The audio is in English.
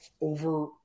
over